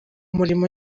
mirimo